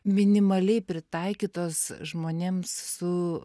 minimaliai pritaikytos žmonėms su